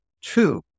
Two